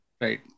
Right